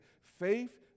faith